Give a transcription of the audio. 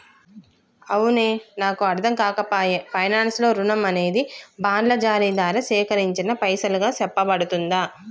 అవునే నాకు అర్ధంకాక పాయె పైనాన్స్ లో రుణం అనేది బాండ్ల జారీ దారా సేకరించిన పైసలుగా సెప్పబడుతుందా